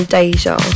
Deja